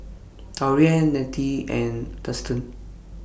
Taurean Nettie and Dustan